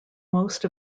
most